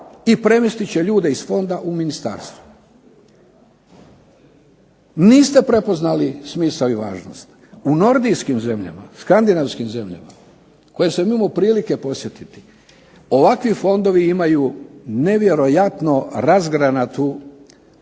i premjestit će ljude iz fonda u ministarstvo. Niste prepoznali smisao i važnost. U nordijskim zemljama, skandinavskim zemljama, koje sam imao prilike posjetiti, ovakvi fondovi imaju nevjerojatno razgranatu